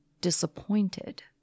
disappointed